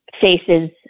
faces